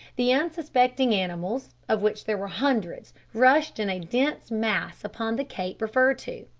the unsuspecting animals, of which there were hundreds, rushed in a dense mass upon the cape referred to.